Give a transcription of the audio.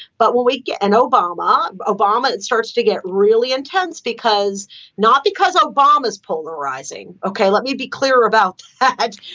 but we're we. and obama. obama it starts to get really intense because not because obama is polarizing. okay. let me be clear about that.